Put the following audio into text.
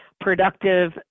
productive